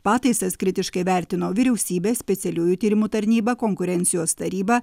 pataisas kritiškai vertino vyriausybės specialiųjų tyrimų tarnyba konkurencijos taryba